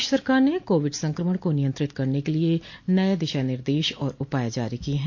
प्रदेश सरकार ने कोविड संक्रमण को नियंत्रित करने के लिए नए दिशा निर्देश और उपाय जारी किये हैं